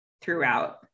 throughout